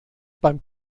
beim